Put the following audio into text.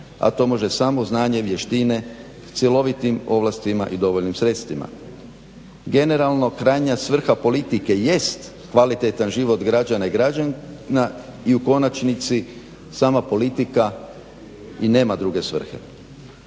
a to može samo znanje, vještine, cjelovitim ovlastima i dovoljnim sredstvima. Generalno krajnja svrha politike jest kvalitetan život građana i građanki i u konačnici sama politika i nema druge svrhe.